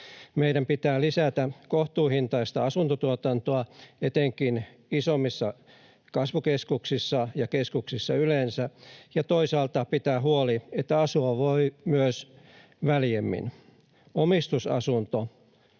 Meidän pitää lisätä kohtuuhintaista asuntotuotantoa etenkin isommissa kasvukeskuksissa, ja keskuksissa yleensä, ja toisaalta pitää huoli, että asua voi myös väljemmin. Omistusasunto